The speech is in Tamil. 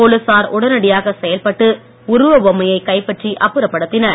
போலீசார் உடனடியாக செயல்பட்டு உருவ பொம்மையைக் கைப்பற்றி அப்புறப்படுத்தினர்